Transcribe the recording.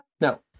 no